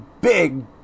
big